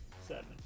seven